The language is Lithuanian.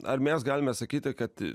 ar mes galime sakyti kad